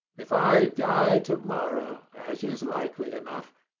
if i die to-morrow, as is likely enough,